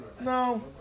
No